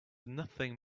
nothing